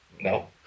No